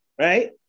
Right